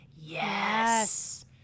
yes